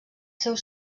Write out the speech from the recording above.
seus